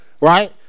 right